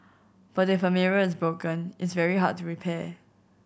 but if a mirror is broken it's very hard to repair